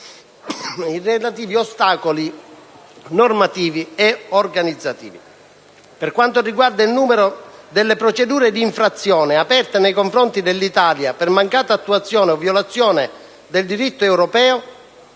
i relativi ostacoli normativi e organizzativi. Per quanto riguarda il numero delle procedure di infrazione aperte nei confronti dell'Italia per mancata attuazione o violazione del diritto europeo,